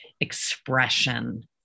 expression